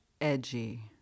Edgy